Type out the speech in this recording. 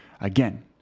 Again